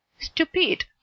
Stupid